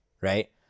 Right